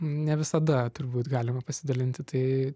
ne visada turbūt galima pasidalinti tai